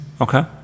Okay